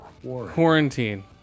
Quarantine